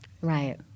Right